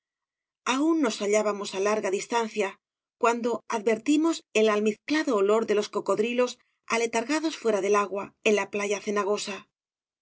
aún nos hallábamos á larga distancia cuando advertimos el almizclado olor de los cocodrilos aletargados fuera del agua en la playa cenagosa